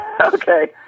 Okay